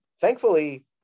Thankfully